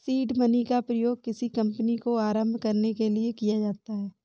seed money का प्रयोग किसी कंपनी को आरंभ करने के लिए किया जाता है